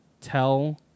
tell